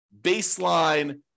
baseline